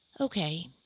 Okay